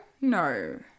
No